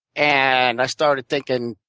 and i started thinking,